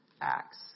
Acts